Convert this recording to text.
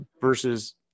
versus